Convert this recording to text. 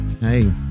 Hey